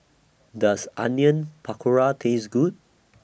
Does Onion Pakora Taste Good